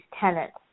tenants